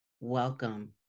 Welcome